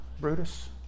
Brutus